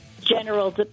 General